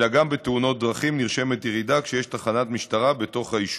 אלא גם בתאונות דרכים נרשמת ירידה כשיש תחנת משטרה בתוך היישוב.